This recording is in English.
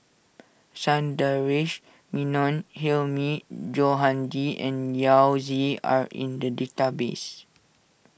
Sundaresh Menon Hilmi Johandi and Yao Zi are in the database